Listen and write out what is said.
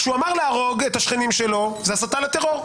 כשהוא אמר להרוג את השכנים שלו, זה הסתה לטרור.